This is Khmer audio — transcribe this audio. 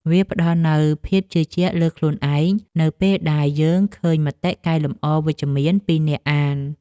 វាផ្ដល់នូវភាពជឿជាក់លើខ្លួនឯង នៅពេលដែលយើងឃើញមតិកែលម្អវិជ្ជមានពីអ្នកអាន។